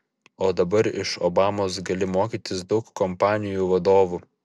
o dabar iš obamos gali mokytis daug kompanijų vadovų